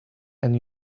and